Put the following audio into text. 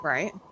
Right